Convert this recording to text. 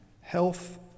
Health